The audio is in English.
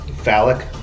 phallic